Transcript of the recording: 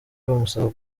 bamusaba